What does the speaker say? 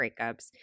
breakups